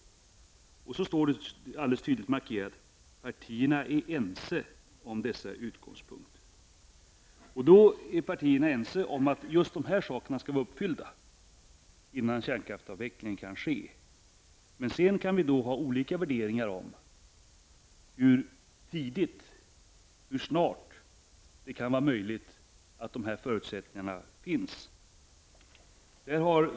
Vidare står alldeles tydligt markerat att partierna är ense om dessa utgångspunkter. Partierna är då ense om att just dessa förutsättningar skall vara uppfyllda innan en kärnkraftsavveckling kan ske. Men sedan kan vi ha olika värderingar om hur snart dessa förutsättningar kan finnas.